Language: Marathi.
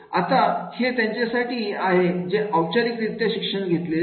आता हे त्यांच्यासाठी आहे जे औपचारिक रित्या शिक्षण घेतलेले नाही